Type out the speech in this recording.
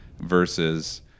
versus